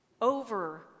over